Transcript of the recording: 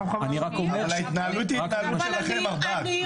אבל ההתנהלות היא התנהלות שלכם מר בהט.